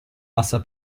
bassa